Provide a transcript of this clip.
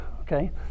Okay